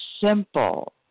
simple